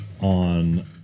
on